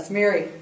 Mary